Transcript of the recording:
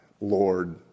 Lord